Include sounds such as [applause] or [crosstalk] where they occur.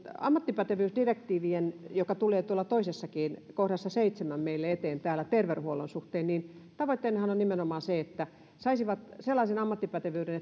ammattipätevyysdirektiivien jotka tulevat tuolla toisessakin kohdassa seitsemälle meille eteen terveydenhuollon suhteen tavoitteenahan on nimenomaan se että henkilöt saisivat sellaisen ammattipätevyyden [unintelligible]